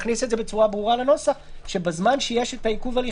אנחנו מבנים את המבט ככל שאנחנו יכולים לשיקום ולא